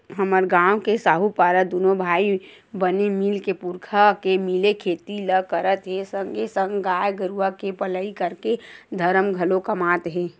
हमर गांव के साहूपारा दूनो भाई बने मिलके पुरखा के मिले खेती ल करत हे संगे संग गाय गरुवा के पलई करके धरम घलोक कमात हे